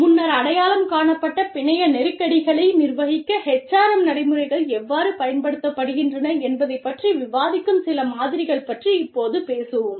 முன்னர் அடையாளம் காணப்பட்ட பிணைய நெருக்கடிகளை நிர்வகிக்க HRM நடைமுறைகள் எவ்வாறு பயன்படுத்தப்படுகின்றன என்பதைப் பற்றி விவாதிக்கும் சில மாதிரிகள் பற்றி இப்போது பேசுவோம்